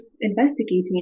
investigating